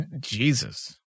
Jesus